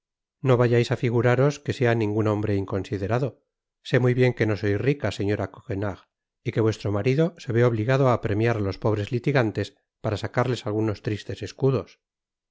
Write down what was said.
no vayais á figuraros que sea ningun hombre inconsiderado sé muy bien que no sois rica señora coquenard y que vuestro marido se vé obligado á apremiar á los pobres litigantes para sacarles algunos tristes escudos